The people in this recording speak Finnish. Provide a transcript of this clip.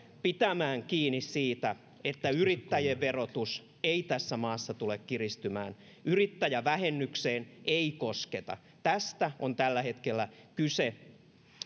pitämään kiinni siitä että yrittäjien verotus ei tässä maassa tule kiristymään yrittäjävähennykseen ei kosketa tästä on tällä hetkellä kyse